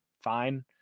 fine